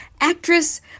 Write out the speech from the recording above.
actress